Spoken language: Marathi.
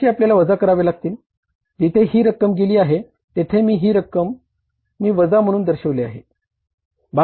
1500 आपल्याला वजा करावे लागतील जिथे ही रक्कम गेली आहे तेथे मी ही रक्कम मी वजा म्हणून दर्शविली आहे